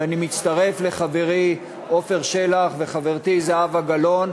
ואני מצטרף לחברי עפר שלח ולחברתי זהבה גלאון